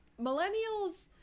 millennials